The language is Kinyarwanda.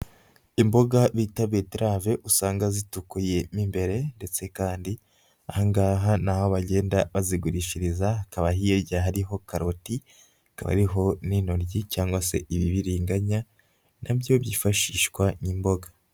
Imboga bita beterave usanga zitukuye mo imbere ndetse kandi aha ngaha ni aho bagenda bazigurishiriza, hakaba hirya hariho karoti, hakaba hariho n'intoryi cyangwa se ibibiringanya na byo byifashishwa nk'imboga.